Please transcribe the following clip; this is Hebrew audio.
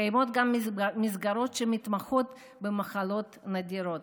קיימות גם מסגרות שמתמחות במחלות נדירות.